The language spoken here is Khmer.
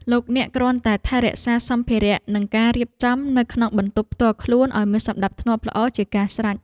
លោកអ្នកគ្រាន់តែថែរក្សាសម្ភារ:និងការរៀបចំនៅក្នុងបន្ទប់ផ្ទាល់ខ្លួនឱ្យមានសណ្តាប់ធ្នាប់ល្អជាការស្រេច។